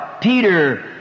Peter